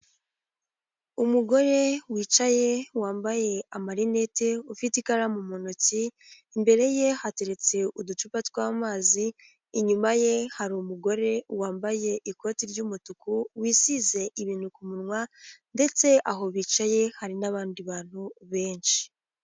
Umugore wicaye wambaye amarinete ufite ikaramu mu ntoki, imbere ye hateretse uducupa tw'amazi, inyuma ye hari umugore wambaye ikoti ry'umutuku wisize ibintu ku munwa ndetse aho bicaye hari n'abandi bantu benshi.